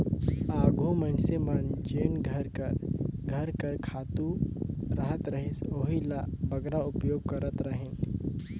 आघु मइनसे मन जेन घर कर घर कर खातू रहत रहिस ओही ल बगरा उपयोग करत रहिन